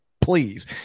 please